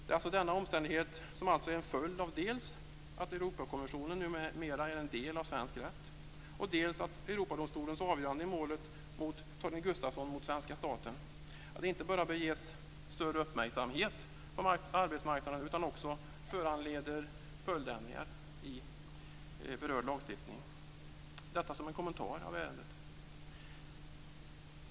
Det är denna omständighet, som alltså är en följd av dels att Europakonventionen numera är en del av svensk rätt, dels att Europadomstolens avgörande i målet Torgny Gustafsson mot svenska staten, som inte bara bör ges större uppmärksamhet på arbetsmarknaden utan också föranleder följdändringar i berörd lagstiftning. Detta sagt som en kommentar i ärendet.